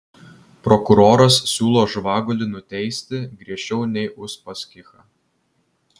prokuroras siūlo žvagulį nuteisti griežčiau nei uspaskichą